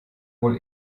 wohl